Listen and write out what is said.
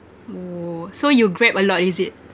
!woo! so you grab a lot is it